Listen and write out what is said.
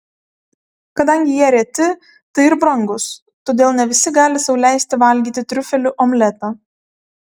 kadangi jie reti tai ir brangūs todėl ne visi gali sau leisti valgyti triufelių omletą